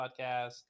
podcast